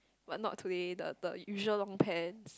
but not today the the usual long pants